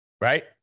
right